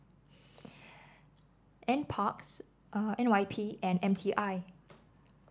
N parks N Y P and M T I